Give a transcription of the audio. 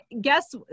guess